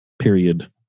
period